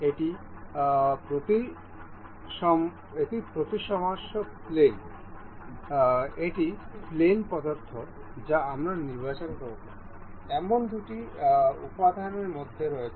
এটি প্রতিসাম্য প্লেন এটি প্লেন পছন্দ যা আমরা নির্বাচন করব এমন দুটি উপাদানের মধ্যে রয়েছে